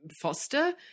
foster